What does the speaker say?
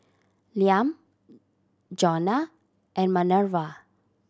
Liam Jonna and Manerva